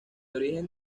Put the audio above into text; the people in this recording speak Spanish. origen